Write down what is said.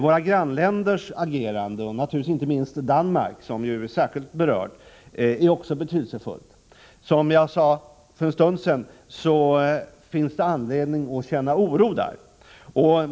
Våra grannländers agerande, naturligtvis inte minst agerandet i Danmark, som ju är särskilt berört, är också betydelsefullt. Som jag sade för en stund sedan finns det anledning att känna oro där.